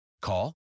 Call